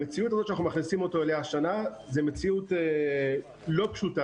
המציאות הזו שאנחנו מכניסים אותו אליה השנה זו מציאות לא פשוטה,